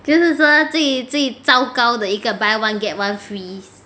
就是说自己最糟糕的一个 buy one get one free